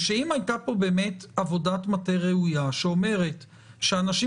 ושאם הייתה פה באמת עבודת מטה ראויה שאומרת שאנשים